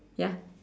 ya